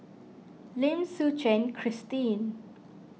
Lim Suchen Christine